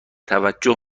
توجه